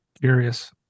Curious